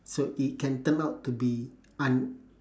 so it can turn out to be un~